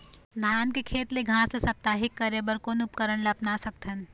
धान के खेत ले घास ला साप्ताहिक करे बर कोन उपकरण ला अपना सकथन?